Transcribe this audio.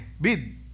bid